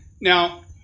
Now